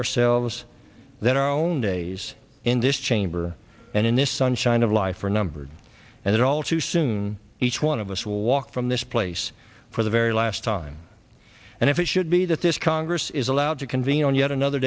ourselves that our own days in this chamber and in this sunshine of life are numbered and that all too soon each one of us will walk from this place for the very last time and if it should be that this congress is allowed to convene on yet another